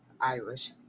irish